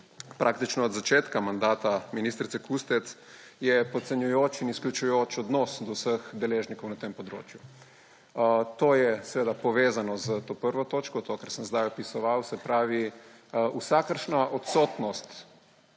praktično od začetka mandata ministrice Kustec, je podcenjujoč in izključujoč odnos do vseh deležnikov na tem področju. To je povezano s prvo točko, tem, kar sem zdaj opisoval – vsakršna odsotnost